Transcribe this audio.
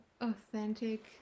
authentic